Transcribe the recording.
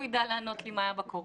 הוא יידע לענות לי מה היה בקורונה.